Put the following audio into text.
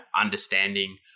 understanding